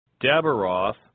Dabaroth